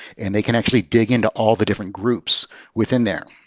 and they can actually dig into all the different groups within there.